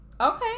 Okay